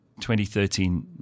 2013